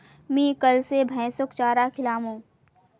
हामी कैल स भैंसक चारा खिलामू